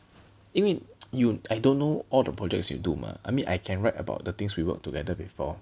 因为 you I don't know all the projects you do mah I mean I can write about the things we worked together before